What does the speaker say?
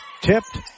tipped